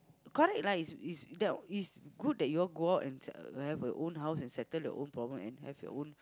correct right it's it's the it's good that you all go out and uh have your own house and settle your own problem and have your own